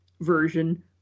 version